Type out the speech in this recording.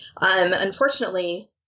unfortunately